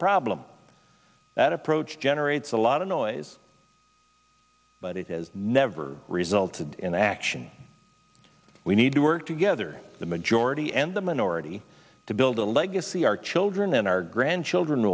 problem that approach generates a lot of noise but it has never resulted in action we need to work together the majority and the minority to build a legacy our children and our grandchildren